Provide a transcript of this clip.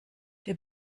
der